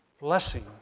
Blessing